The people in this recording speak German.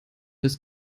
des